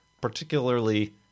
particularly